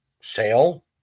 sale